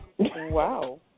Wow